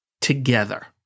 together